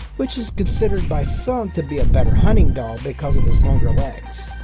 which is considered by some to be a better hunting dog because of its longer legs.